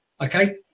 okay